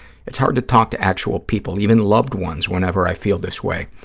it's hard to talk to actual people, even loved ones, whenever i feel this way,